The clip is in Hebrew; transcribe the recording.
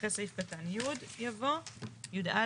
אחרי סעיף קטן י' יבוא י"א.